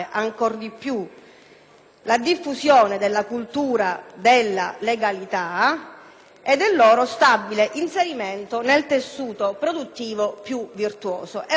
la diffusione della cultura della legalità e uno stabile inserimento nel tessuto produttivo più virtuoso. Si tratta di un fenomeno complesso